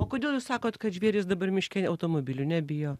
o kodėl jūs sakot kad žvėrys dabar miške automobilių nebijo